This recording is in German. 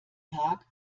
tag